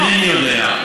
אינני יודע.